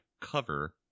cover